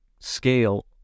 scale